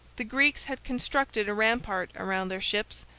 the greeks had constructed a rampart around their ships,